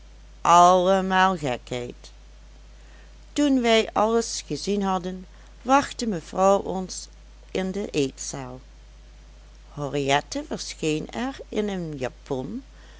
allemaal gekheid toen wij alles gezien hadden wachtte mevrouw ons in de eetzaal henriette verscheen er in eene japon